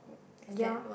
ya